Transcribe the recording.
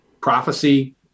prophecy